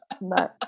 No